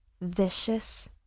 vicious